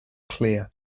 clear